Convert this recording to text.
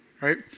Right